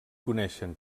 coneixen